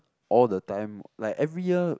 all the time like every year